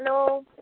hello